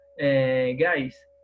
guys